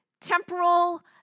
temporal